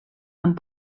amb